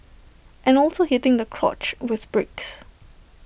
and also hitting the crotch with bricks